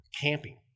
camping